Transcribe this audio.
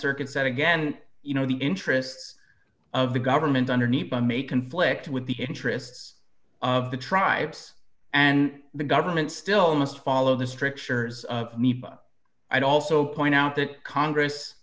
circuit said again you know the interests of the government underneath them may conflict with the interests of the tribes and the government still must follow the strictures of me but i'd also point out that congress